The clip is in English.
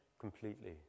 completely